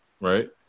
Right